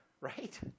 Right